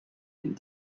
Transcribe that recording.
and